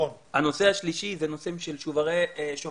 הנושא השלישי זה הנושא של שוברי אולפן.